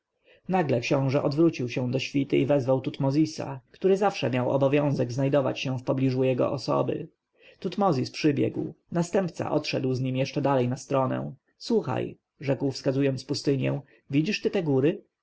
nagle książę odwrócił się do świty i wezwał tutmozisa który zawsze miał obowiązek znajdować się wpobliżu jego osoby tutmozis przybiegł następca odszedł z nim jeszcze dalej na stronę słuchaj rzekł wskazując na pustynię widzisz ty te góry